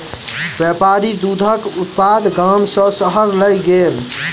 व्यापारी दूधक उत्पाद गाम सॅ शहर लय गेल